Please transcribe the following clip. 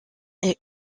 est